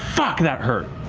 fuck, that hurt!